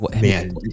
man